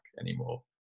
anymore